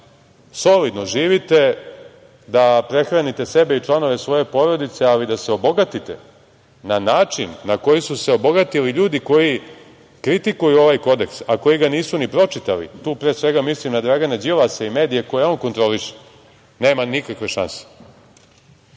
solidno živite, da prehranite sebe i članove svoje porodice, ali da se obogatite na način na koji su se obogatili ljudi koji kritikuju ovaj kodeks, a koji ga nisu ni pročitali, tu pre svega mislim na Dragana Đilasa i medije koje on kontroliše, nema nikakve šanse. Dakle,